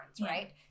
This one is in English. right